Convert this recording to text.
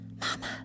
Mama